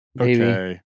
okay